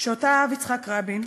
שאותה אהב יצחק רבין,